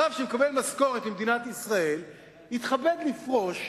רב שמקבל משכורת ממדינת ישראל יתכבד לפרוש,